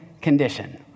condition